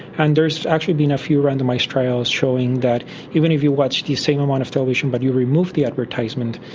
and there has actually been a few randomised trials showing that even if you watch the same amount of television but you remove the advertisement,